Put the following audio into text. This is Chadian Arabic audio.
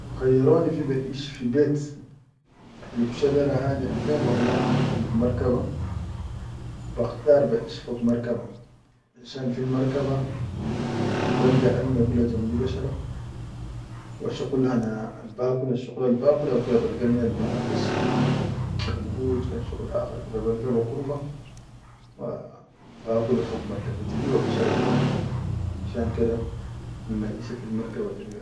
Kan khayyaroni fi ba ish fi bet, filub hadi shadara akhair walla, filub markaba, bakhtar ba ish fog markaba finshan fil markaba, balga alme jambi ba sharab wa shuqul hana al ba kula asshuqulal bakula balga minnal bahar bas kan hut kan shuqul akhar kula ba kurba wa bakula fog mar kabati wa basharab leyi alme finshan ke da al maʼise fil markaba.